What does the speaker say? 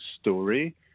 story